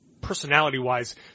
personality-wise –